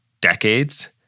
decades